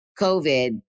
COVID